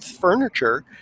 furniture